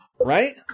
Right